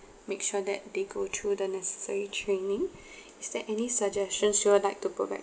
make sure that they go through the necessary training is there any suggestions you would like to provide